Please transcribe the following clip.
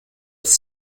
with